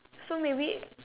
so maybe